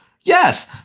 yes